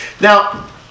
Now